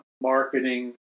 marketing